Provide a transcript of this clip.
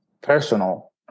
personal